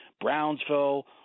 Brownsville